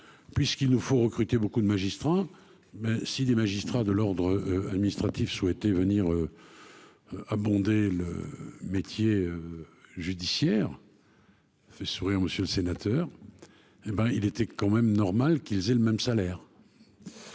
qu'il nous faut recruter de nombreux magistrats, que si les magistrats de l'ordre administratif souhaitaient venir abonder l'ordre judiciaire, il était tout de même normal qu'ils perçoivent le même salaire.